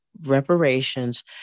reparations